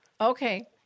Okay